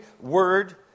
word